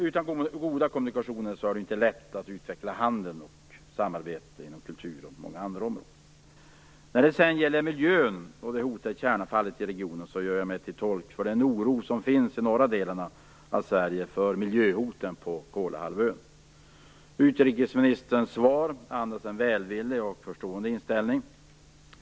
Utan goda kommunikationer är det inte lätt att utveckla handeln och samarbetet inom kulturområdet och inom andra områden. När det sedan gäller miljön och det hotande kärnavfallet i regionen gör jag mig till tolk för den oro som finns i de norra delarna av Sverige för miljöhoten på Kolahalvön. Utrikesministerns svar andas en välvillig och förstående inställning.